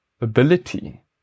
ability